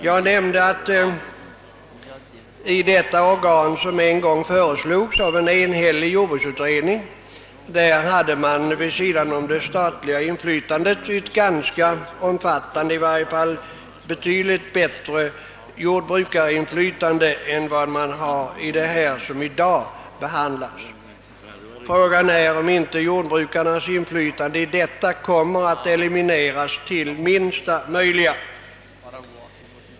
Jag nämnde att det i det organ, som en gång föreslogs av en enhällig jordbruksutredning, skulle ha förelegat ett ganska omfattande jordbrukarinflytande, i varje fall betydligt större än i den organisation som i dag föreslås. Frågan är, om inte jordbrukarnas inflytande i denna kommer att inskränkas till minsta möjliga.